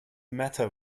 matter